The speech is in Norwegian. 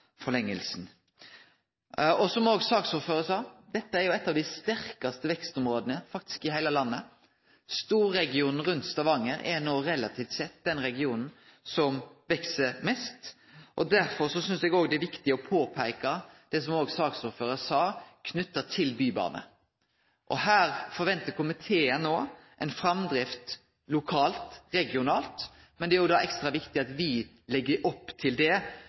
Som saksordføraren også sa: Dette er eit av dei sterkaste vekstområda faktisk i heile landet. Storregionen rundt Stavanger er no relativt sett den regionen som veks mest. Derfor synest eg det er viktig å påpeike det som saksordføraren sa om bybane. Her forventar komiteen ei framdrift lokalt, regionalt, men det er ekstra viktig at me legg opp til at det